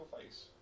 face